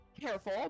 careful